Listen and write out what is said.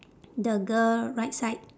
the girl right side